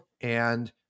and-